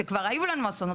כשכבר היו לנו אסונות,